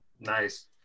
nice